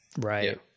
Right